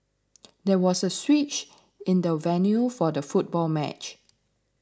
there was a switch in the venue for the football match